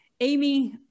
Amy